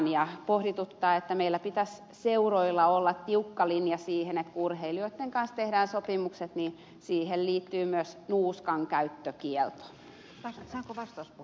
se pohdituttaa ja meillä pitäisi seuroilla olla tiukka linja siinä että kun urheilijoitten kanssa tehdään sopimukset niin siihen liittyy myös nuuskankäyttökielto